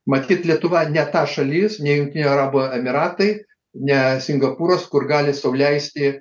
matyt lietuva ne ta šalis ne jungtinių arabų emyratai ne singapūras kur gali sau leisti